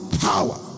power